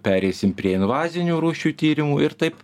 pereisim prie invazinių rūšių tyrimų ir taip